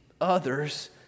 others